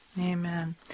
amen